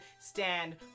stand